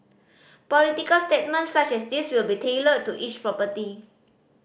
political statements such as these will be tailored to each property